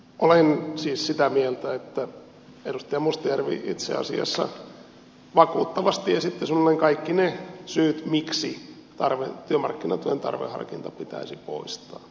olen siis sitä mieltä että edustaja mustajärvi itse asiassa vakuuttavasti esitti suunnilleen kaikki ne syyt miksi työmarkkinatuen tarveharkinta pitäisi poistaa